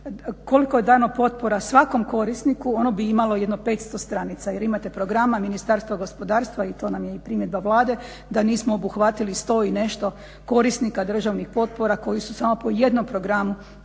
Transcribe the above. koliko je dano potpora svakom korisniku ono bi imalo jedno 500 stranica, jer imate programa Ministarstva gospodarstva i to nam je i primjedba Vlade da nismo obuhvatili 100 i nešto korisnika državnih potpora koji su samo po jednom programu